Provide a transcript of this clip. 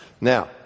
Now